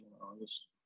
August